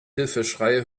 hilfeschreie